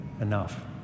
enough